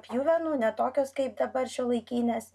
pjuvenų ne tokios kaip dabar šiuolaikinės